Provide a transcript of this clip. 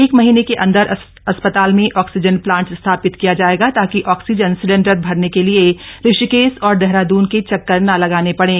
एक महीने के अंदर अस्पताल में ऑक्सीजन प्लांट स्थापित किया जाएगा ताकि ऑक्सीजन सिलेंडर भरने के लिए ऋषिकेश और देहराद्न के चक्कर न लगाने पड़े